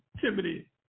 Timothy